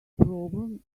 problem